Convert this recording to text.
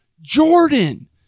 jordan